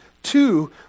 Two